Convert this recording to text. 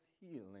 healing